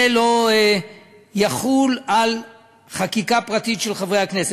זה לא יחול על חקיקה פרטית של חברי הכנסת.